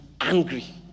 angry